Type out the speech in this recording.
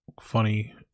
funny